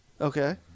okay